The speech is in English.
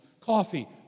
coffee